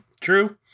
True